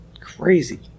crazy